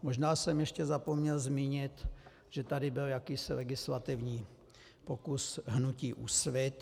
Možná jsem ještě zapomněl zmínit, že tady byl jakýsi legislativní pokus hnutí Úsvit.